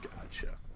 gotcha